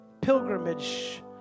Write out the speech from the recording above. pilgrimage